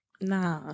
Nah